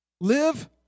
Live